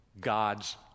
God's